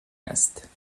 است